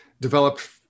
developed